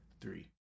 three